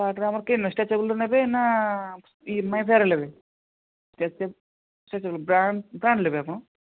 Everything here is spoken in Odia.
ସାର୍ଟରେ ଆମର କେମତି ନେବେ ଷ୍ଟ୍ରେଚେବୁଲର ନେବେ ନା ଇ ମେଜରର ଲେବେ ଷ୍ଟେଚେ ଷ୍ଟ୍ରେଚେବୁଲ ବ୍ରାଣ୍ଡ୍ ବ୍ରାଣ୍ଡ୍ ନେବେ ଆପଣ